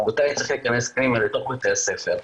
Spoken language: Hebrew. רבותיי צריך להיכנס פנימה לתוך בתי הספר,